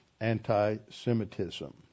anti-Semitism